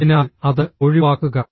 അതിനാൽ അത് ഒഴിവാക്കുക